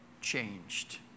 changed